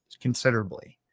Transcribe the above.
considerably